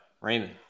raymond